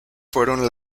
fueron